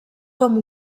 com